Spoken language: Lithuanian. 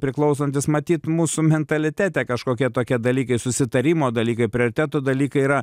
priklausantis matyt mūsų mentalitete kažkokie tokie dalykai susitarimo dalykai prioriteto dalykai yra